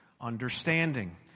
understanding